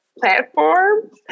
platforms